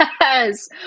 Yes